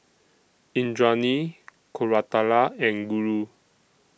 Indranee Koratala and Guru